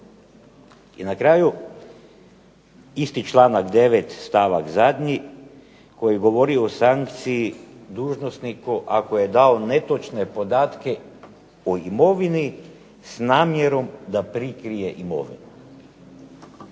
I na kraju isti članak 9. stavak zadnji, koji govori o sankciji dužnosniku ako je dao netočne podatke o imovini s namjerom da prikrije imovinu.